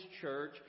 church